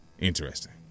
Interesting